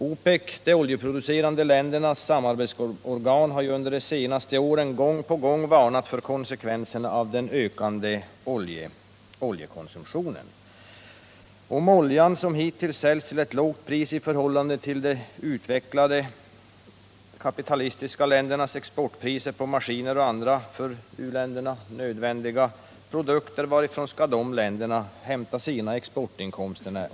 OPEC, de oljeproducerande ländernas samarbets organ, har under de senaste åren gång på gång varnat för konsekvenserna av en ökande oljekonsumtion. Om oljan, som hittills har sålts till ett lågt pris i förhållande till de utvecklade kapitalistiska ländernas exportpriser på maskiner och andra för u-länderna nödvändiga produkter, tar slut, varifrån skall dessa länder då hämta sina exportinkomster?